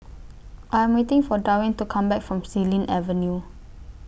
I Am waiting For Darwyn to Come Back from Xilin Avenue